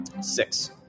Six